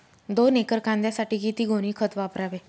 दोन एकर कांद्यासाठी किती गोणी खत वापरावे?